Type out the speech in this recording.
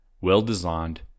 well-designed